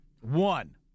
One